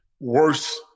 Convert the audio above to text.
worse